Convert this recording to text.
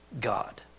God